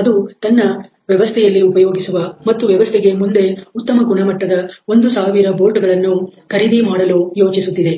ಅದು ತನ್ನ ವ್ಯವಸ್ಥೆಯಲ್ಲಿ ಉಪಯೋಗಿಸುವ ಮತ್ತು ವ್ಯವಸ್ಥೆಗೆ ಮುಂದೆ ಉತ್ತಮ ಗುಣಮಟ್ಟದ 1000 ಬೋಲ್ಟ್'ಗಳನ್ನು ಖರೀದಿ ಮಾಡಲು ಯೋಚಿಸುತ್ತಿರುತ್ತದೆ